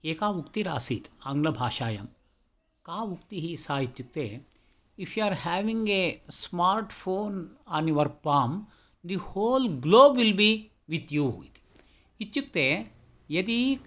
एका उक्तिरासीत् आङ्ग्लभाषायां का उक्तिः सा इत्युक्ते if you are having a smart phone on your palm the whole globe will be with you इति इत्युक्ते यदि